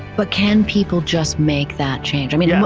but can people just make that change? i mean yeah